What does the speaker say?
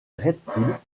reptiles